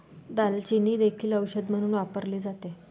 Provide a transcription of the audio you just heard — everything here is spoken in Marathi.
दालचिनी देखील औषध म्हणून वापरली जाते